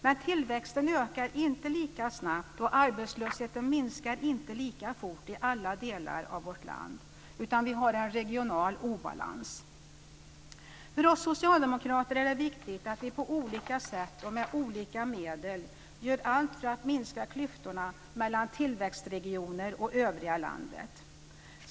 Men tillväxten ökar inte lika snabbt och arbetslösheten minskar inte lika fort i alla delar av vårt land, utan vi har en regional obalans. För oss socialdemokrater är det viktigt att vi på olika sätt och med olika medel gör allt för att minska klyftorna mellan tillväxtregioner och övriga landet.